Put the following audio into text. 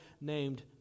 named